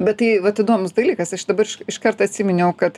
bet tai vat įdomus dalykas aš dabar iš iškart atsiminiau kad